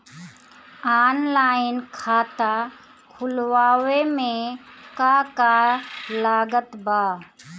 Online खाता खुलवावे मे का का लागत बा?